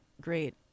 great